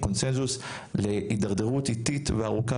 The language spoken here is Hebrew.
קונצנזוס להתדרדרות איטית וארוכה,